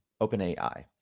OpenAI